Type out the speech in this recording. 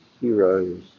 heroes